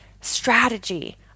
strategy